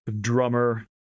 drummer